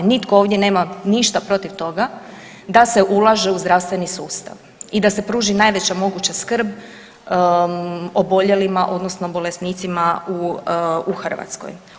Nitko ovdje ništa nema protiv toga da se ulaže u zdravstveni sustav i da se pruži najveća moguća skrb oboljelima odnosno bolesnicima u Hrvatskoj.